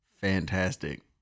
Fantastic